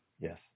Yes